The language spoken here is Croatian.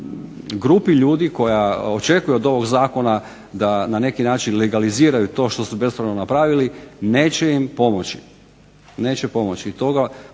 grupi ljudi koja očekuje od ovoga zakona da na neki način legaliziraju to što su bespravno napravili neće im pomoći. Neće pomoći